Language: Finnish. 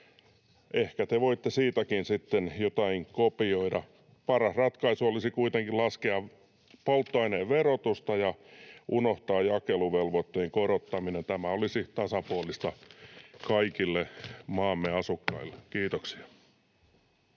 ehkä te voitte siitäkin sitten jotain kopioida. Paras ratkaisu olisi kuitenkin laskea polttoaineen verotusta ja unohtaa jakeluvelvoitteen korottaminen. Tämä olisi tasapuolista kaikille maamme asukkaille. — Kiitoksia.